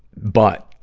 but,